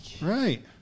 Right